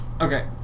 Okay